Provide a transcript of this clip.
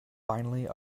finally